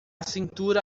cintura